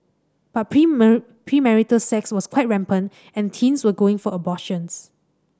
but premarital sex was quite rampant and teens were going for abortions